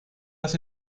las